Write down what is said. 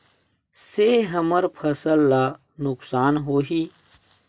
से हमर फसल ला नुकसान होही?